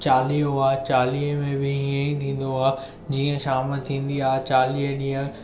चालीहो आहे चालीहें में बि इहे ई थींदो आहे जीअं शाम थींदी आहे चालीह ॾींह